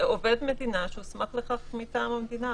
עובד מדינה שהוסמך לכך מטעם המדינה.